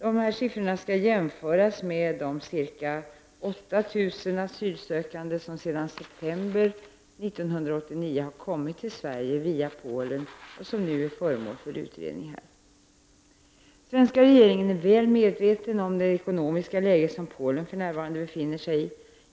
Dessa siffror kan jämföras med de ca 8 000 asylsökande som sedan september 1989 har kommit till Sverige via Polen och som nu är föremål för utredning här. Den svenska regeringen är väl medveten om det ekonomiska läge som Polen för närvarande befinner sig i.